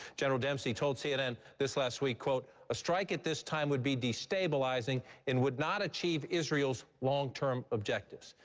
general dempsey told cnn this last week, quote, a strike at this time would be destabilizing and would not achieve israel's long term objectives.